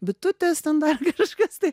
bitutės ten dar kažkas tai